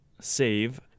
save